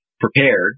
prepared